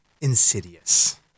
insidious